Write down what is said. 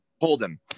Holden